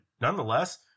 nonetheless